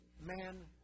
man